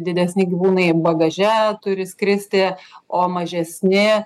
didesni gyvūnai bagaže turi skristi o mažesni